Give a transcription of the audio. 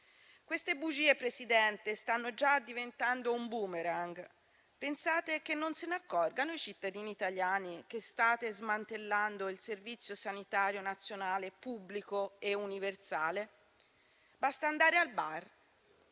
Queste bugie, Presidente, stanno già diventando un *boomerang*. Pensate che non se ne accorgano, i cittadini italiani, che state smantellando il Servizio sanitario nazionale pubblico e universale? Basta andare al bar,